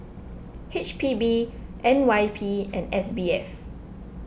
H P B N Y P and S B F